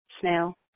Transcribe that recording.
snail